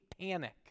panic